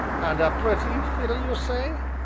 and a pretty filly, you say?